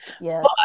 Yes